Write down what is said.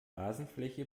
rasenfläche